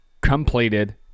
completed